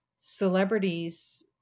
celebrities